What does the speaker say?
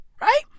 right